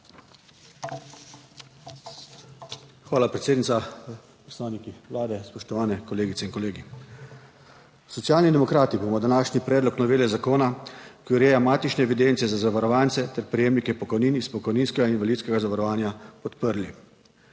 Hvala predsednica. Predstavniki Vlade, spoštovane kolegice in kolegi! Socialni demokrati bomo današnji predlog novele zakona, ki ureja matične evidence za zavarovance ter prejemnike pokojnin iz pokojninskega in invalidskega zavarovanja, podprli.